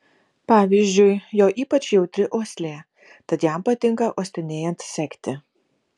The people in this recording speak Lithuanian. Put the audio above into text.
pavyzdžiui jo ypač jautri uoslė tad jam patinka uostinėjant sekti